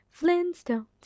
Flintstones